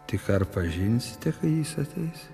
tik ar pažinsite kai jis ateis